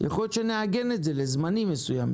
יכול להיות שנעגן את זה לזמנים מסוימים.